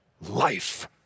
Life